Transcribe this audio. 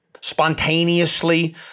spontaneously